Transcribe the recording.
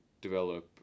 develop